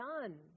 done